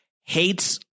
hates